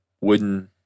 wooden